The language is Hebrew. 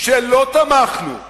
שלא תמכנו בהתנחלות,